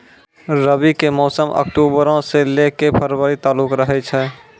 रबी के मौसम अक्टूबरो से लै के फरवरी तालुक रहै छै